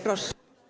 Proszę.